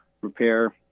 Repair